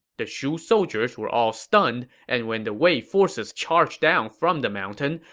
the shu soldiers were all stunned, and when the wei forces charged down from the mountain,